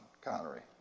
Connery